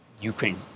Ukraine